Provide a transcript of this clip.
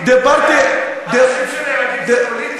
אנשים שנהרגים זה פוליטי?